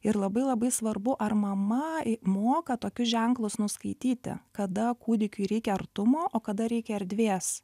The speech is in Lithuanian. ir labai labai svarbu ar mama moka tokius ženklus nuskaityti kada kūdikiui reikia artumo o kada reikia erdvės